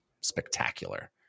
spectacular